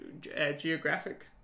Geographic